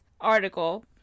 article